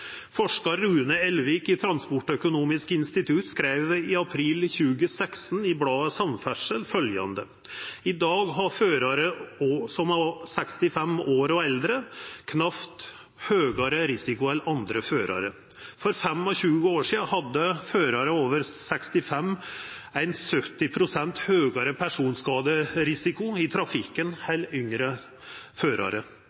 Rune Elvik i Transportøkonomisk institutt skreiv i april 2016 i bladet Samferdsel at i dag har førarar som er 65 år og eldre knapt høgare risiko enn andre førarar. For 25 år sidan hadde førarar over 65 år 70 pst. høgare personskaderisiko i trafikken